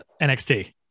NXT